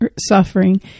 suffering